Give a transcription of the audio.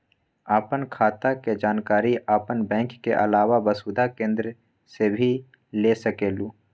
आपन खाता के जानकारी आपन बैंक के आलावा वसुधा केन्द्र से भी ले सकेलु?